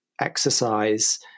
exercise